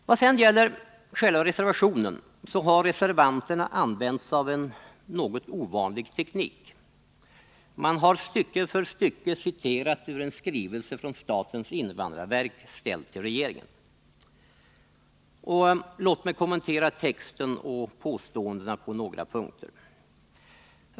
Vad sedan gäller själva reservationen så har reservanterna använt sig av den något ovanliga tekniken att stycke för stycke citera ur en skrivelse från statens invandrarverk, ställd till regeringen. Låt mig kommentera texten och påståendena på några punkter.